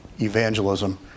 evangelism